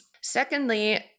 Secondly